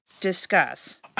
Discuss